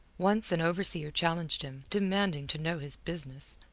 once an overseer challenged him, demanding to know his business.